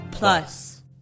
Plus